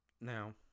Now